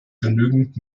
genügend